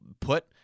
put